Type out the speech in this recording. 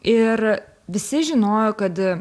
ir visi žinojo kad